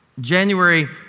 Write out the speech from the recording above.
January